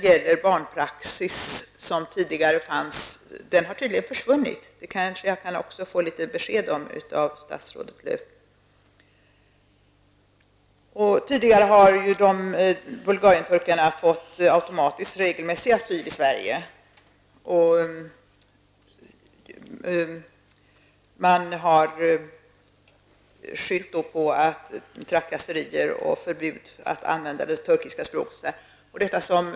Den barnpraxis som tidigare fanns har tydligen försvunnit. Varför så har skett kanske jag kan få besked om av statsrådet Lööw. Tidigare har bulgarien-turkarna automatiskt fått asyl i Sverige. Man har då hänvisat till trakasserier, förbud mot att använda det turkiska språket osv.